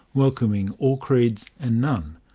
welcoming all creeds and none.